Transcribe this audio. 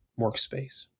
workspace